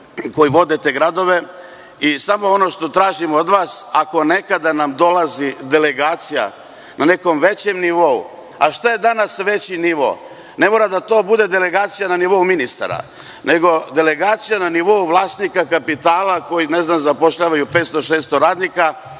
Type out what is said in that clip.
koji vode te gradove. Samo ono što tražim od vas, ako nekada nam dolazi delegacija na nekom većem nivou, a šta je danas veći nivo, ne mora to da bude delegacija na nivou ministara, nego delegacija na nivou vlasnika kapitala koji zapošljavaju 500, 600 radnika,